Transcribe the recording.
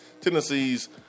Tennessee's